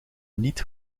niet